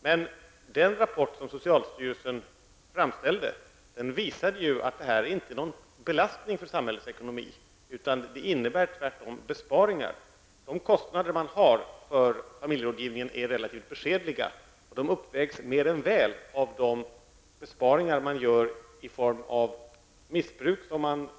Men den rapport som socialstyrelsen utarbetade visade att denna verksamhet inte är någon belastning för samhällets ekonomi, utan tvärtom innebär besparingar. De kostnader som man har för familjerådgivningen är relativt beskedliga, och de uppvägs mer än väl av de besparingar som görs i form av